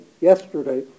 yesterday